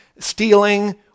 stealing